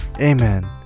amen